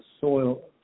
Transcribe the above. soil